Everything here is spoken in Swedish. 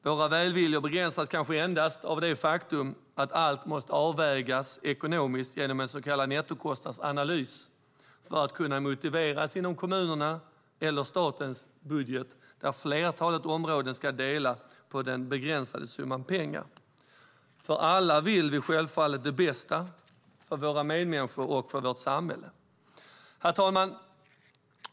Våra välviljor begränsas kanske endast av det faktum att allt måste avvägas ekonomiskt genom en så kallad nettokostnadsanalys för att kunna motiveras inom kommunernas eller statens budget där flertalet områden ska dela på den begränsade summan pengar. Alla vill vi självfallet det bästa för våra medmänniskor och för vårt samhälle. Herr talman!